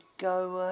go